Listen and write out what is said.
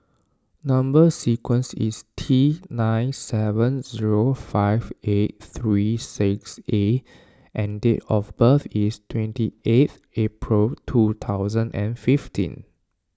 Number Sequence is T nine seven zero five eight three six A and date of birth is twenty eighth April two thousand and fifteen